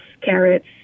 carrots